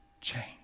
change